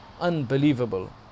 unbelievable